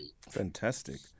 Fantastic